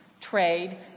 trade